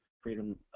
freedom